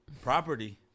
property